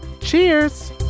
Cheers